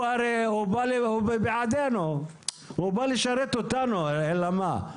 הרי, הוא בעדנו, הוא בא לשרת אותנו, אלא מה?